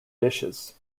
dishes